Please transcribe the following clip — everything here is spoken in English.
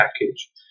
package